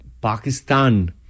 Pakistan